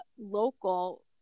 local